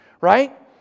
right